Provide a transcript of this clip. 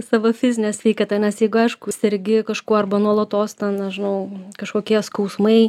savo fizine sveikata nes jeigu aišku sergi kažkuo arba nuolatos ten nežinau kažkokie skausmai